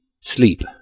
sleep